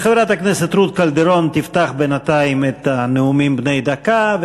חברת הכנסת רות קלדרון תפתח בינתיים את הנאומים בני דקה,